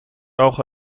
auch